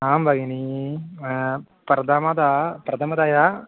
आं भगिनी प्रथमतया प्रथमतया